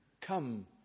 Come